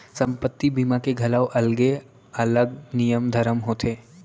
संपत्ति बीमा के घलौ अलगे अलग नियम धरम होथे